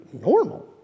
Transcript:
normal